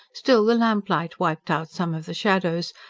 still, the lamplight wiped out some of the shadows,